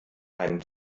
einen